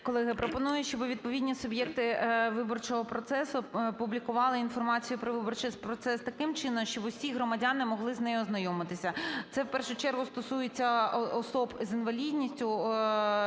Колеги, пропоную, щоби відповідні суб’єкти виборчого процесу публікували інформацію про виборчий процес таким чином, щоби всі громадяни могли з нею ознайомитися. Це, в першу чергу, стосується осіб з інвалідністю,